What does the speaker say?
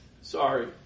Sorry